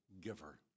giver